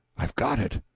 i've got it.